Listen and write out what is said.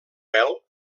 pèl